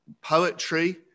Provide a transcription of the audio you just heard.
poetry